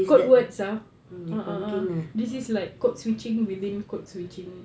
code words ah ah ah ah this is like codeswitching within codeswitching